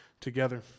together